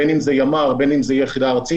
בין אם זה ימ"ר, בין אם זה יחידה ארצית